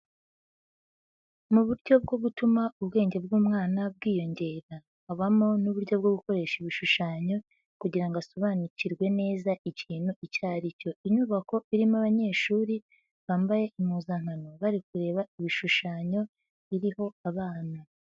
Mu buryo bwo gutuma ubwenge bw'umwana bwiyongera, habamo n'uburyo bwo gukoresha ibishushanyo kugira ngo asobanukirwe neza ikintu icyo aricyo. Inyubako irimo abanyeshuri bambaye impuzankano bari kureba ibishushanyo biriho abana.